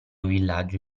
villaggio